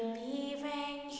leaving